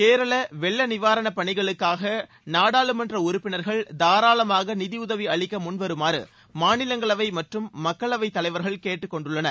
கேரள வெள்ள நிவாரண பணிகளுக்காக நாடாளுமன்ற உறுப்பினர்கள் தாராளமாக நிதி உதவி அளிக்க முன்வருமாறு மாநிலங்களவை மற்றும் மக்களவைத் தலைவர்கள் கேட்டுக் கொண்டுள்ளனர்